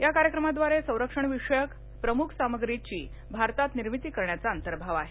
या कार्यक्रमाद्वारे संरक्षणविषयक प्रमुख सामग्रीची भारतात निर्मिती करण्याचा अंतर्भाव आहे